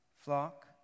flock